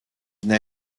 n’a